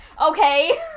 Okay